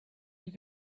you